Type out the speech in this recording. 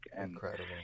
Incredible